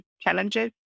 challenges